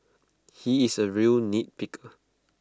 he is A real nitpicker